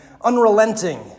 unrelenting